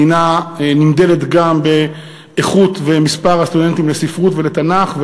מדינה נמדדת גם באיכות ובמספר של הסטודנטים לספרות ולתנ"ך,